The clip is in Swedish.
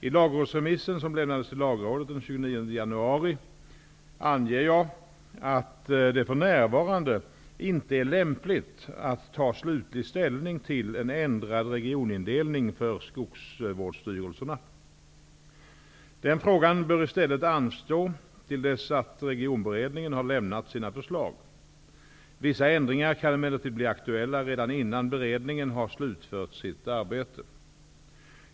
I lagrådsremissen som lämnades till lagrådet den 29 januari anger jag att det för närvarande inte är lämpligt att ta slutlig ställning till en ändrad regionindelning för skogsvårdsstyrelserna. Den frågan bör i stället anstå till dess att Regionberedningen har lämnat sina förslag. Vissa ändringar kan emellertid bli aktuella redan innan beredningen har slutfört sitt arbete.